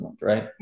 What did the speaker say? right